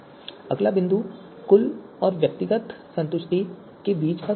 अगला बिंदु कुल और व्यक्तिगत संतुष्टि के बीच संतुलन है